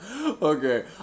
Okay